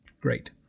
great